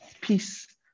Peace